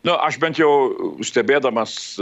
na aš bent jau stebėdamas